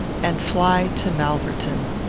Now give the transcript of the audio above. and fly to malverton.